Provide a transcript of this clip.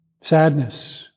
sadness